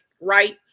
Right